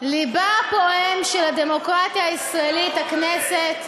לבה הפועם של הדמוקרטיה הישראלית, הכנסת,